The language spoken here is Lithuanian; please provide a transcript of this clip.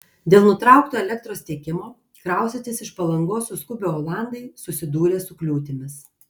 dėl nutraukto elektros tiekimo kraustytis iš palangos suskubę olandai susidūrė su kliūtimis